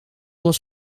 was